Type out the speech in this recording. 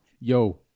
Yo